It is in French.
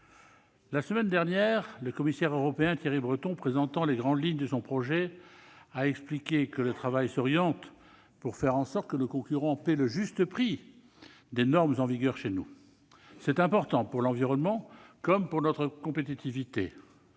La semaine dernière, le commissaire européen Thierry Breton, présentant les grandes lignes de son projet, a expliqué que le travail s'orientait « pour faire en sorte que nos concurrents paient le juste prix des normes en vigueur chez nous ». C'est important pour l'environnement comme pour notre compétitivité.